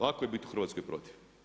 Lako je biti u Hrvatskoj protiv.